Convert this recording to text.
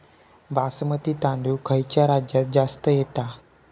बासमती तांदूळ खयच्या राज्यात जास्त येता?